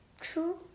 True